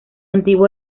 antiguo